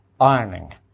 ironing